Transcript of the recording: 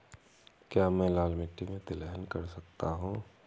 क्या मैं लाल मिट्टी में तिलहन कर सकता हूँ?